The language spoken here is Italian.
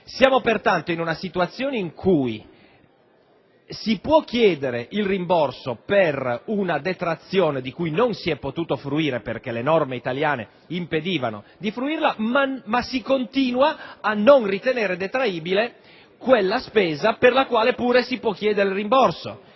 troviamo, pertanto, in una situazione in cui si può chiedere il rimborso per una detrazione di cui non si è potuto fruire perché le norme italiane ne impedivano la fruizione, ma si continua a ritenere non detraibile quella spesa per la quale pure si può chiedere il rimborso.